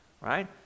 right